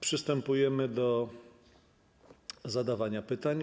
Przystępujemy do zadawania pytań.